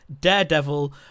Daredevil